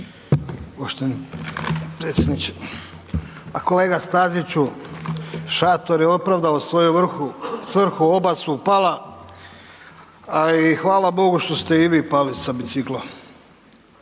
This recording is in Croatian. Pa kolega Staziću, šator je opravdao svoju svrhu, oba su pala, a i hvala Bogu što se i vi pali sa bicikla.